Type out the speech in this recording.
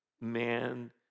man